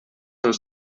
els